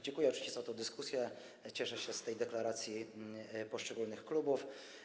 Dziękuję oczywiście za tę dyskusję, cieszę się z tej deklaracji poszczególnych klubów.